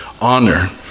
honor